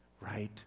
right